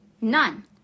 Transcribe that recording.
None